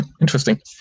interesting